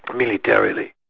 militarily.